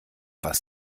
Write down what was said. was